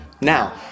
Now